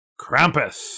Krampus